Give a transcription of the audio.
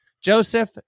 Joseph